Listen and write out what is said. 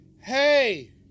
Hey